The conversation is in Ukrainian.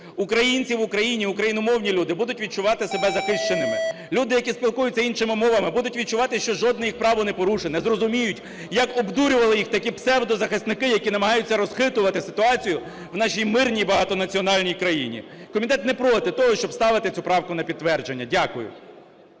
українці в Україні, україномовні люди будуть відчувати себе захищеними. Люди, які спілкуються іншими мовами, будуть відчувати, що жодне їх право не порушене. Зрозуміють, як обдурювали їх такі псевдозахисники, які намагаються розхитувати ситуацію в нашій мирній багатонаціональній країні. Комітет не проти того, щоб ставити цю правку на підтвердження. Дякую.